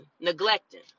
neglecting